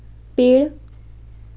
पेड़